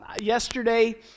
Yesterday